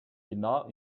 genau